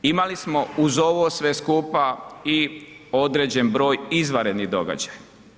Imali smo uz ovo sve skupa i određen broj izvanrednih događaja.